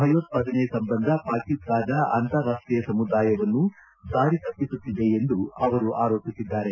ಭಯೋತ್ಪಾದನೆ ಸಂಬಂಧ ಪಾಕಿಸ್ತಾನ ಅಂತಾರಾಷ್ಷೀಯ ಸಮುದಾಯವನ್ನು ದಾರಿ ತಪ್ಪಿಸುತ್ತಿದೆ ಎಂದು ಅವರು ಆರೋಪಿಸಿದ್ದಾರೆ